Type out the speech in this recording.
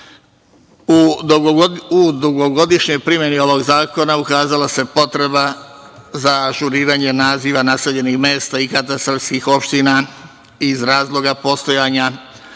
dugogodišnjoj primeni ovog zakona ukazala se potreba za ažuriranjem naziva naseljenih mesta i katastarskih opština iz razloga postojanja